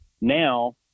Now